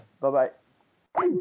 Bye-bye